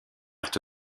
carte